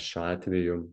šiuo atveju